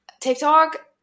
TikTok